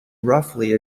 roughly